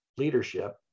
leadership